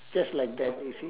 just like that you see